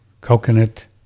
coconut